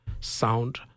sound